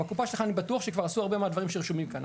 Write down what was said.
בקופה שלך אני בטוח שכבר עשו הרבה מהדברים שרשומים כאן,